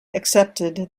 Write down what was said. accepted